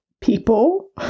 people